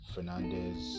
Fernandez